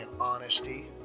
honesty